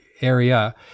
area